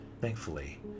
Thankfully